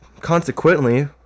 consequently